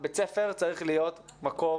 בית הספר צריך להיות מקום